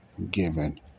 given